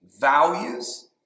values